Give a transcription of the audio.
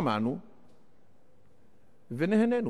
שמענו ונהנינו,